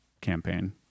campaign